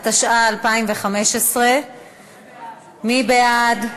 התשע"ה 2015. מי בעד?